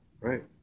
Right